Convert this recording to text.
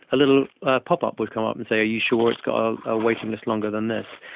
a little ah pop-up would come up and say are you sure, it's got a waiting list longer than this.